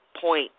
point